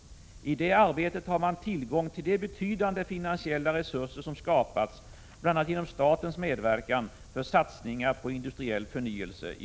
1986/87:61 arbetet har man tillgång till de betydande finansiella resurser som skapats, 29 januari 1987 bl.a. genom statens medverkan, för satsningar på industriell förnyelse i